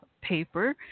paper